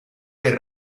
del